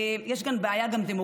יש כאן גם בעיה דמוגרפית,